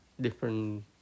different